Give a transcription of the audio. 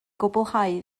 gwblhau